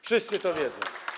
Wszyscy to wiedzą.